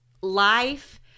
life